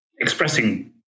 expressing